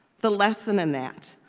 the lesson in that,